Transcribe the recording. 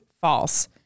False